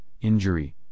injury